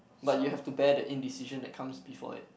but you have to bear the indecision that comes before it